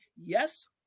yes